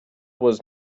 was